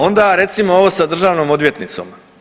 Onda recimo ovo sa državnom odvjetnicom.